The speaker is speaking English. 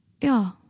Yeah